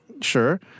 sure